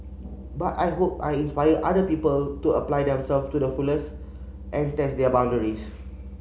but I hope I inspire other people to apply themselves to the fullest and test their boundaries